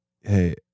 hey